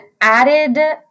added